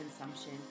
consumption